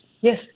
Yes